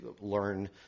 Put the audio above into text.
learn